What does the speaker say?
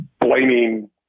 blaming